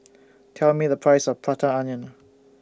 Tell Me The Price of Prata Onion